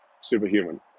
superhuman